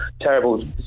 terrible